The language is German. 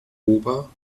ober